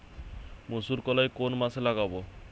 মুসুরকলাই কোন মাসে লাগাব?